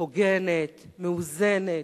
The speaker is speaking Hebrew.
הוגנת, מאוזנת,